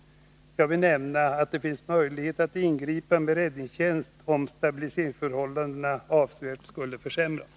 Jag vill nämna att det finns möjligheter att ingripa med räddningstjänst om stabilitetsförhållandena avsevärt skulle försämras.